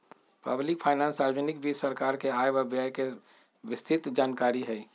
public finance सार्वजनिक वित्त सरकार के आय व व्यय के विस्तृतजानकारी हई